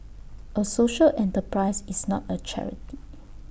A social enterprise is not A charity